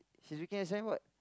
she's looking at the signboard